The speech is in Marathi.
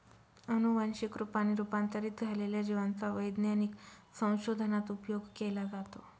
अनुवंशिक रूपाने रूपांतरित झालेल्या जिवांचा वैज्ञानिक संशोधनात उपयोग केला जातो